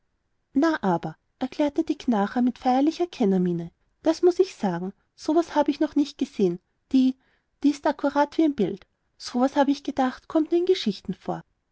na aber erklärte dick nachher mit feierlicher kennermiene das muß ich sagen so was hab ich noch nicht gesehen die die ist akkurat wie ein bild so was hab ich gedacht kommt nur in geschichten vor